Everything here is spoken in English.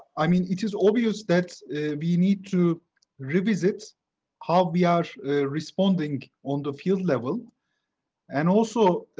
i mean, it is obvious that we need to revisit how we are responding on the field level and also